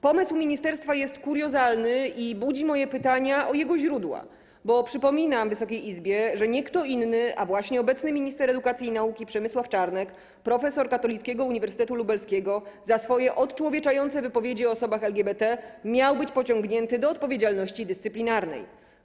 Pomysł ministerstwa jest kuriozalny i budzi moje pytania o jego źródła, bo przypominam Wysokiej Izbie, że nie kto inny, a właśnie obecny minister edukacji i nauki Przemysław Czarnek, profesor Katolickiego Uniwersytetu Lubelskiego, za swoje odczłowieczające wypowiedzi o osobach LGBT miał być pociągnięty do odpowiedzialności dyscyplinarnej.